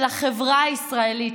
של החברה הישראלית.